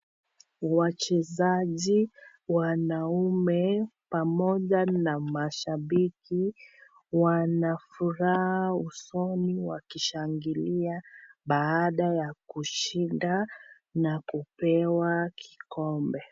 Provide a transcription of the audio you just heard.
Wachezaji wanaume pamoja na mashabiki Wana furaha usoni wakishangilia baada ya kushinda na kuoewa kikombe.